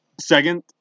Second